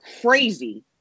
crazy